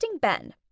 Ben